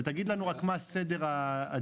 תגיד לנו רק מה סדר הדיון.